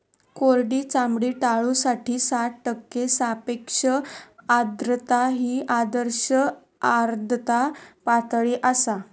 कोरडी चामडी टाळूसाठी साठ टक्के सापेक्ष आर्द्रता ही आदर्श आर्द्रता पातळी आसा